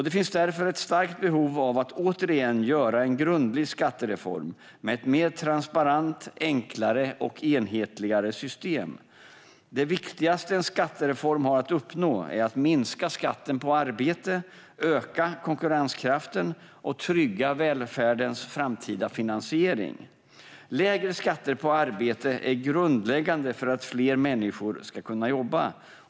Det finns därför ett behov av att återigen göra en grundlig skattereform med ett mer transparent, enklare och enhetligare system. Det viktigaste en skattereform har att uppnå är att minska skatten på arbete, öka konkurrenskraften och trygga välfärdens framtida finansiering. Lägre skatter på arbete är grundläggande för att fler människor ska kunna jobba.